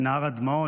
"נהר הדמעות",